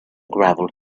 gravel